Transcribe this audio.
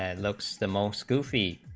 and looks the most goofy